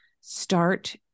start